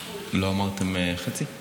אמרתם חצי?